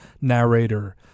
narrator